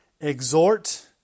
exhort